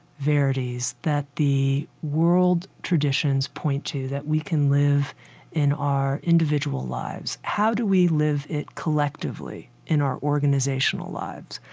verities, that the world traditions point to that we can live in our individual lives. how do we live it collectively in our organizational lives?